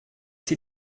die